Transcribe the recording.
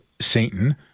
Satan